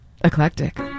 Eclectic